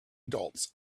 adults